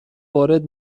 وارد